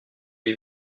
lui